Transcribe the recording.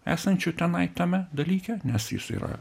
esančių tenai tame dalyke nes jis yra